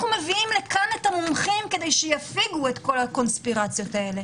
אנחנו מביאים לפה את המומחים כדי שיפיגו את כל הקונספירציות האלה.